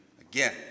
again